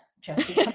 Jesse